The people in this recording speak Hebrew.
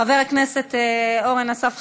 חבר הכנסת אורן אסף חזן,